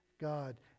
God